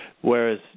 whereas